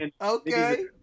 Okay